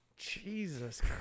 Jesus